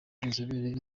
inzobere